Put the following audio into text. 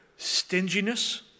stinginess